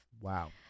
Wow